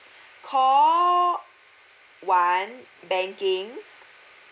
call one banking